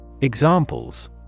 Examples